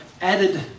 added